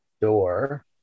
door